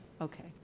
Okay